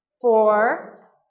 four